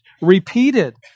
repeated